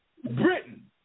Britain